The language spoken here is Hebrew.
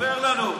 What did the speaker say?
ספר לנו.